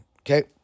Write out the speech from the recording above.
okay